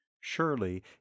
Surely